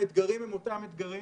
האתגרים הם אותם אתגרים,